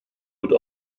would